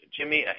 Jimmy